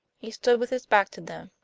he stood with his back to them,